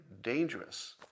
dangerous